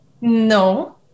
No